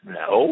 no